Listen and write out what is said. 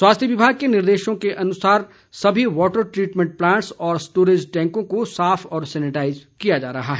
स्वास्थ्य विभाग के निर्देशों के मुताबिक सभी यॉटर ट्रीटमेंट प्लांटस और स्टोरेज टैंकों को साफ व सैनिटाईज किया जा रहा है